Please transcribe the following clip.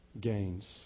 gains